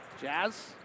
Jazz